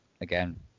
again